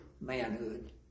manhood